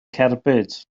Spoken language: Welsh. cerbyd